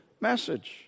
message